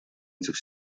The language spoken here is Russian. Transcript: этих